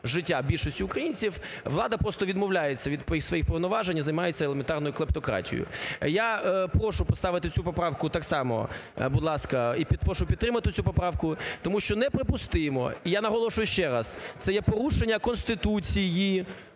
життя більшості українців, влада просто відмовляється від своїх повноважень і займається елементарною клептократією. Я прошу поставити цю поправку так само, будь ласка, і прошу підтримати цю поправку. Тому що неприпустимо, і я наголошую ще раз, це є порушення Конституції,